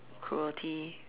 groggy